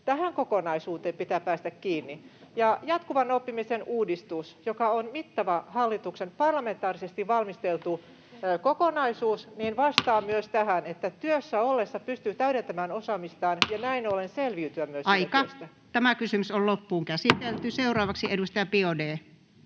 tähän kokonaisuuteen pitää päästä kiinni. Jatkuvan oppimisen uudistus, joka on hallituksen mittava parlamentaarisesti valmisteltu kokonaisuus, vastaa myös tähän, että työssä ollessa pystyy täydentämään osaamistaan ja näin ollen myös selviytymään siitä työstä. Seuraavaksi edustaja Biaudet.